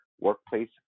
workplace